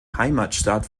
heimatstadt